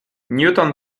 newton